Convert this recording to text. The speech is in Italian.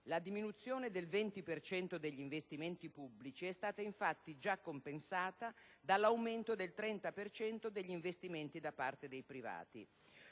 la diminuzione del 20 per cento degli investimenti pubblici è stata infatti già compensata dall'aumento del 30 per cento degli investimenti da parte dei privati.